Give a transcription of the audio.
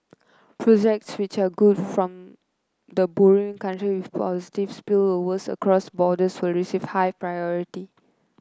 projects which are good from the borrowing country with positive spillovers across borders will receive high priority